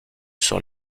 sur